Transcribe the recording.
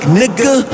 nigga